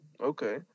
Okay